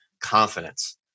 confidence